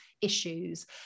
issues